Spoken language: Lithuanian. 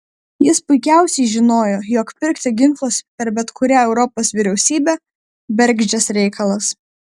jis puikiausiai žinojo jog pirkti ginklus per bet kurią europos vyriausybę bergždžias reikalas